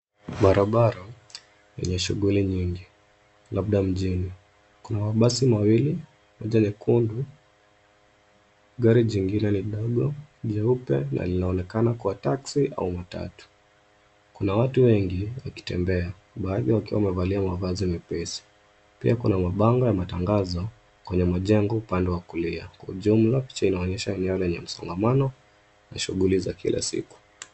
Barabara enye shughuli nyingi, labda mjini. Kuna mabasi mawili, moja nyekundu. Gari jingine ni dogo, jeupe na linaonekana kuwa taksi au matatu. Kuna watu wengi wakitembea baadhi wakiwa wamevalia mavazi mepesi. Pia kuna mabango ya matangazo kwenye majengo upande wa kulia. Kwa ujumla picha inaonyesha eneo lenye msongamano na shughuli za kila siku.